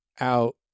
out